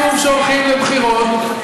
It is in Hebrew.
חבר הכנסת פריג' היחיד שעצוב שהולכים לבחירות.